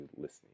listening